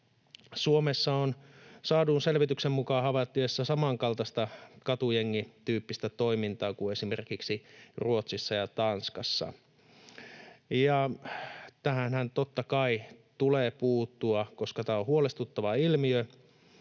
Suomessa on saadun selvityksen mukaan havaittavissa samankaltaista katujengityyppistä toimintaa kuin esimerkiksi Ruotsissa ja Tanskassa. Tähänhän totta kai tulee puuttua, koska tämä on huolestuttava ilmiö,